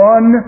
One